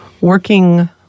working